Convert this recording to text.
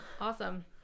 Awesome